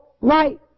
right